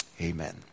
Amen